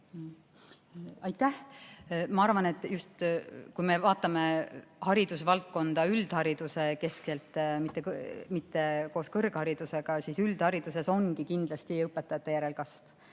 Aitäh! Ma arvan, kui me vaatame haridusvaldkonda üldharidusekeskselt, mitte koos kõrgharidusega, siis üldhariduses ongi kindlasti selleks õpetajate järelkasv.